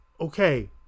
Okay